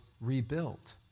rebuilt